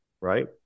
right